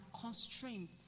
constrained